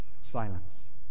silence